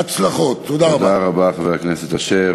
אמצעי המאסר